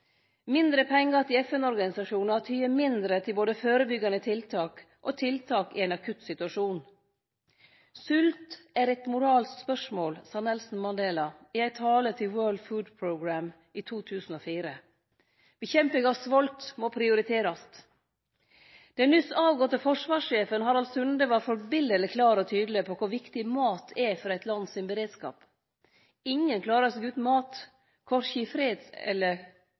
Mindre pengar til FN-organisasjonar tyder mindre til både førebyggande tiltak og tiltak i ein akutt situasjon. Svolt er eit moralsk spørsmål, sa Nelson Mandela i ei tale til World Food Programme i 2004. Kamp mot svolt må prioriterast. Den nyleg avgåtte forsvarssjefen, Harald Sunde, var eksemplarisk klar og tydeleg på kor viktig mat er for eit land sin beredskap. Ingen klarar seg utan mat, korkje i freds- eller